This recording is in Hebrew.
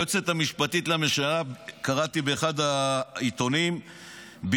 קראתי באחד העיתונים שהיועצת המשפטית לממשלה